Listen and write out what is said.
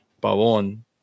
Pavon